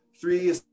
three